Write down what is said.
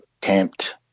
camped